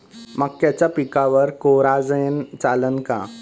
मक्याच्या पिकावर कोराजेन चालन का?